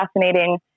fascinating